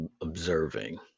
observing